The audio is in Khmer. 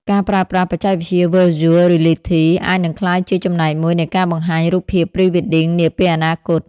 ការប្រើប្រាស់បច្ចេកវិទ្យា Virtual Reality អាចនឹងក្លាយជាចំណែកមួយនៃការបង្ហាញរូបភាព Pre-wedding នាពេលអនាគត។